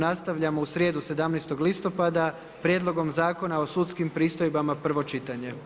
Nastavljamo u srijedu 17. listopada Prijedlogom Zakona o sudskim pristojbama, prvo čitanje.